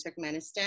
Turkmenistan